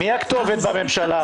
מי הכתובת בממשלה?